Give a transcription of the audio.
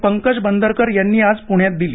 पंकज बंदरकर यांनी आज पुण्यात दिली